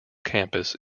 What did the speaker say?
campus